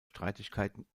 streitigkeiten